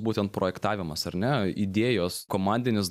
būtent projektavimas ar ne idėjos komandinis